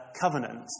covenant